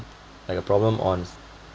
like a problem on